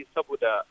Sabuda